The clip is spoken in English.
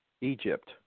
Egypt